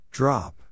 Drop